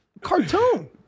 cartoon